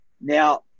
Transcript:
Now